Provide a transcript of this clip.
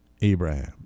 Abraham